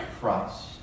Christ